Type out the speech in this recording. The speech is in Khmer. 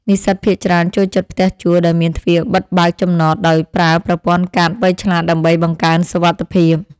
និស្សិតភាគច្រើនចូលចិត្តផ្ទះជួលដែលមានទ្វារបិទបើកចំណតដោយប្រើប្រព័ន្ធកាតវៃឆ្លាតដើម្បីបង្កើនសុវត្ថិភាព។